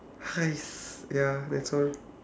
!hais! ya that's all